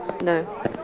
No